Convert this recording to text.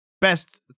best